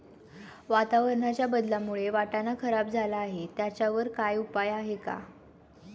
वातावरणाच्या बदलामुळे वाटाणा खराब झाला आहे त्याच्यावर काय उपाय आहे का?